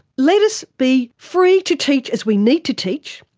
let us be free to teach as we need to teach,